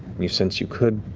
you sense you could.